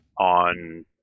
on